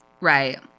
Right